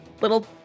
little